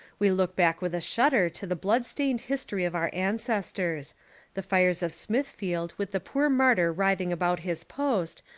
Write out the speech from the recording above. we look back with a shudder to the blood-stained history of our ancestors the fires of smithfield with the poor martyr writhing about his post,